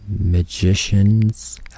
magicians